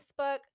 Facebook